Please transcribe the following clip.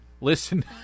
listen